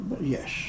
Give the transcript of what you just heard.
Yes